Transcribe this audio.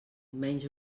menys